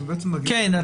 אז הוא בעצם מגיע --- כן.